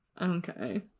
Okay